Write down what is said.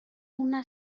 una